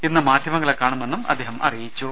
ഇന്ന് മാധൃമങ്ങളെ കാണുമെന്നും അദ്ദേഹം അറി യിച്ചു